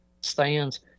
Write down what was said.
stands